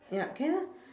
yup can ah